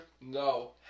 No